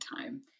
time